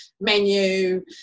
menu